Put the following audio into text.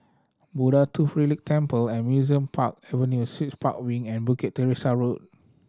Buddha Tooth Relic Temple and Museum Park Avenue Suites Park Wing and Bukit Teresa Road